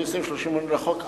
לפי סעיף 38 לחוק,